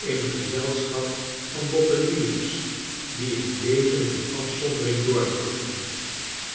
in gezelschap van botteliers die hun leven in afzondering doorbrachten